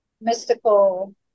mystical